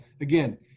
again